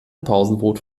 pausenbrot